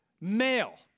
Male